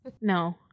no